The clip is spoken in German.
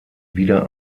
wieder